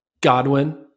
Godwin